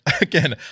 again